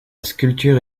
sculpture